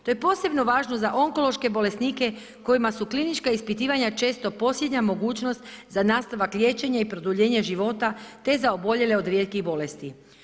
To je posebno važno za onkološke bolesnike kojima su klinička ispitivanja često posljednja mogućnost za nastavak liječenja i produljenje života, te za oboljele od rijetkih bolesti.